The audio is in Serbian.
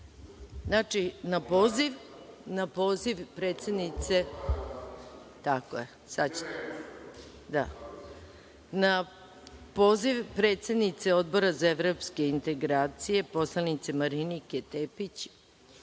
ja.)Znači, na poziv predsednice Odbora za evropske integracije poslanice Marinike Tepić